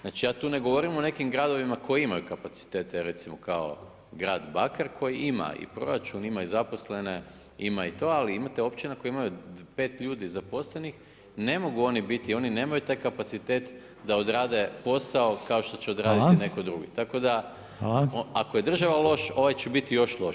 Znači ja tu ne govorim o nekim gradovima koji imaju kapacitete, recimo kao grad Bakar koji ima, i proračun, ima i zaposlene, ima i to, ali imate općina koje imaju 5 ljudi zaposlenih, ne mogu oni biti, oni nemaju taj kapacitet da odrade posao kao što će odraditi netko drugi, tako da ako je država loš, ovaj će biti još lošiji.